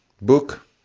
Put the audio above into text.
book